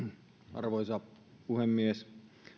arvoisa puhemies